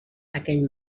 aquell